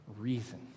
reason